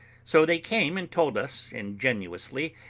so they came and told us ingenuously,